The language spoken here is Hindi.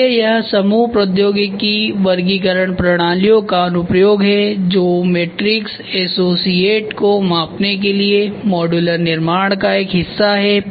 इसलिए यह समूह प्रौद्योगिकी वर्गीकरण प्रणालियों का अनुप्रयोग है जो मैट्रिक्स एसोसिएट को मापने के लिए मॉड्यूलर निर्माण का एक हिस्सा है